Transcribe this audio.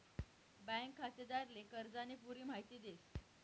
bank खातेदारले कर्जानी पुरी माहिती देस